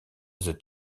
the